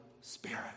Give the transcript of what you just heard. Spirit